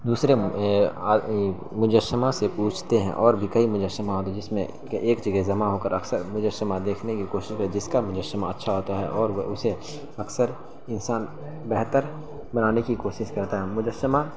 دوسرے مجسمہ سے پوجتے ہیں اور بھی کئی مجسمہ ہوتے ہیں جس میں کہ ایک جگہ جمع ہو کر اکثر مجشمہ دیکھنے کی کوشش کرتے ہیں جس کا مجسمہ اچھا ہوتا ہے اور وہ اسے اکثر انسان بہتر بنانے کی کوشش کرتا ہے مجسمہ